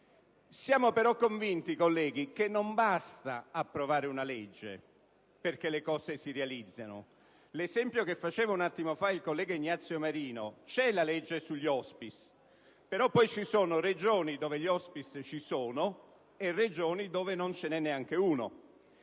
Siamo però convinti, colleghi, che non basta approvare una legge perché le cose si realizzino. Ripeto l'esempio che faceva poco fa il presidente Ignazio Marino: c'è la legge sugli *hospice*, ma poi ci sono Regioni in cui gli *hospice* esistono e Regioni in cui non ce n'è neanche uno.